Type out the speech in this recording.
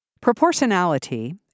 Proportionality